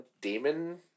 demon